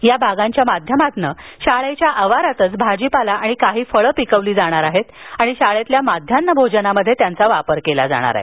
या बागांच्या माध्यमातून शाळेच्या आवारातच भाजीपाला आणि काही फळं पिकवली जाणार असून शाळेतील माध्यान्ह भोजनात त्यांचा वापर केला जाणार आहे